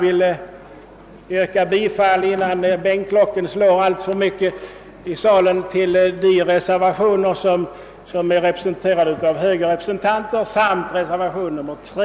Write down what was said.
Innan bänklocken i salen slår alltför mycket, vill jag yrka bifall till de reservationer bakom vilka det står högerrepresentanter samt till reservationen nr 3.